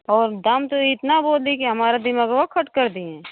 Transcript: और दाम तो इतना बोली के हमारा दिमाग और खट कर दिए हैं